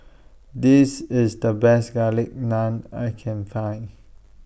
This IS The Best Garlic Naan I Can Find